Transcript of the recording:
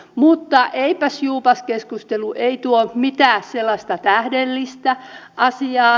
mutta eipäsjuupas keskustelu ei tuo mitään sellaista tähdellistä asiaa